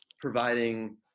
providing